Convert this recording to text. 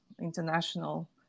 international